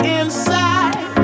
inside